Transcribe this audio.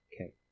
Okay